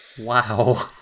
Wow